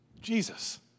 Jesus